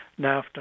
NAFTA